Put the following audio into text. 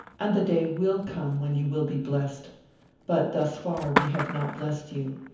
and the day will come when you will be blessed but thus far, we have not blessed you.